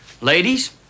ladies